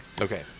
okay